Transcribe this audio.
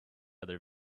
other